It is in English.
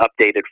updated